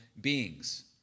beings